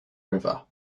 river